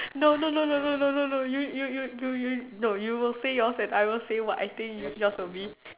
no no no no no no no no you you you you you no you will say yours and I will say what I think yours will be